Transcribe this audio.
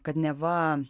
kad neva